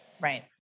Right